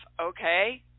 okay